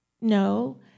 no